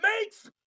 makes